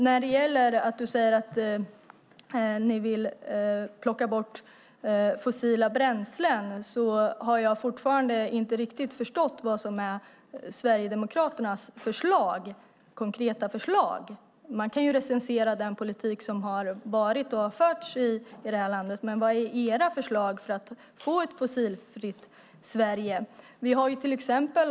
När det gäller det du säger om att ni vill plocka bort fossila bränslen, Josef Fransson, har jag fortfarande inte riktigt förstått vad som är Sverigedemokraternas konkreta förslag. Man kan recensera den politik som har varit och som har förts i detta land, men vad är era förslag för att få ett fossilfritt Sverige?